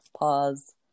pause